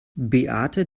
beate